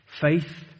Faith